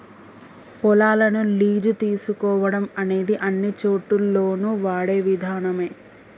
పొలాలను లీజు తీసుకోవడం అనేది అన్నిచోటుల్లోను వాడే విధానమే